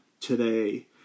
today